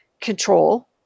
control